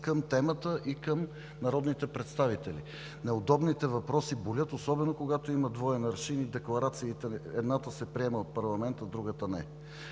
към темата и към народните представители. Неудобните въпроси болят, особено когато има двоен аршин и декларациите – едната се приема от парламента, другата не.